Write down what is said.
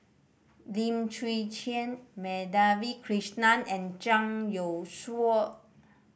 Lim Chwee Chian Madhavi Krishnan and Zhang Youshuo